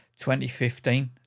2015